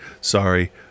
sorry